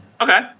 Okay